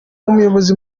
umuyobozi